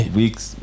weeks